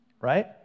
right